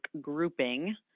grouping